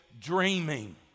dreaming